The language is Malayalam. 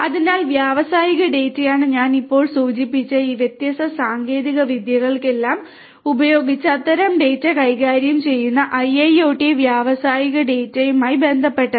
അതിനാൽ വ്യാവസായിക ഡാറ്റയാണ് ഞാൻ ഇപ്പോൾ സൂചിപ്പിച്ച ഈ വ്യത്യസ്ത സാങ്കേതിക വിദ്യകളെല്ലാം ഉപയോഗിച്ച് അത്തരം ഡാറ്റ കൈകാര്യം ചെയ്യുന്ന IIoT വ്യാവസായിക ഡാറ്റയുമായി ബന്ധപ്പെട്ടത്